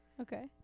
Okay